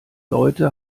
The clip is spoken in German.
leute